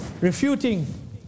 refuting